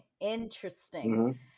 Interesting